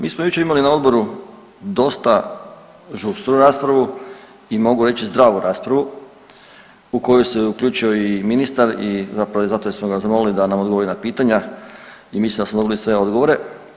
Mi smo jučer imali na odboru dosta žustru raspravu i mogu reći zdravu raspravu u koju se uključio i ministar i zapravo i zato jer smo ga i zamolili da nam odgovori na pitanja i mislim da smo dobili sve odgovore.